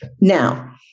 Now